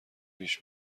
پیش